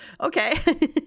okay